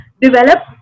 develop